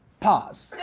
paws.